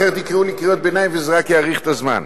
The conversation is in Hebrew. אחרת יקראו לי קריאות ביניים וזה רק יאריך את הזמן.